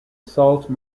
salt